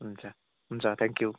हुन्छ हुन्छ thank you